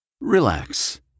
Relax